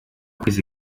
kwezi